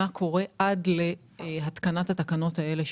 מה קורה עד להתקנת התקנות האלה,